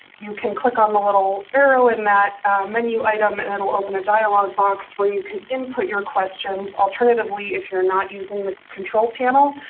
you can click on the little arrow on and that menu item, and it will open a dialogue box where you can input your questions. alternatively, if you're not using the control panel,